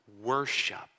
worship